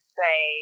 say